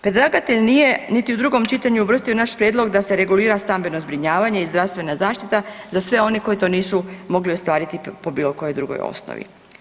Predlagatelj nije niti u drugom čitanju uvrstio naš prijedlog da se regulira stambeno zbrinjavanje i zdravstvena zaštita za sve one koji to nisu mogli ostvariti po bilo kojoj drugoj osnovi.